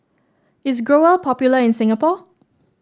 is Growell popular in Singapore